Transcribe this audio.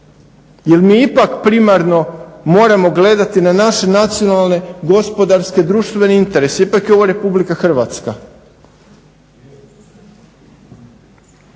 Jel mi ipak primarno moramo gledati na naše nacionalne, gospodarske, društvene interese ipak je ovo RH. Prema